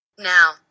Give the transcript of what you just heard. Now